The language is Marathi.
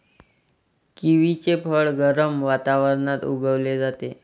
किवीचे फळ गरम वातावरणात उगवले जाते